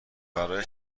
برای